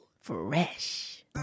fresh